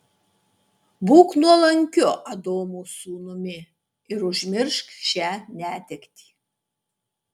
būk nuolankiu adomo sūnumi ir užmiršk šią netektį